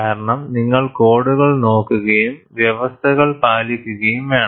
കാരണം നിങ്ങൾ കോഡുകൾ നോക്കുകയും വ്യവസ്ഥകൾ പാലിക്കുകയുംവേണം